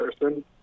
person